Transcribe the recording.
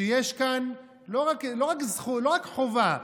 שיש כאן לא רק חובה,